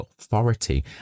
authority